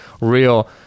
real